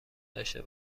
داشته